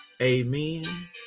amen